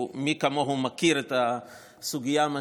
מי כמוהו מכיר את הסוגיה על בשרו,